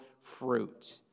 fruit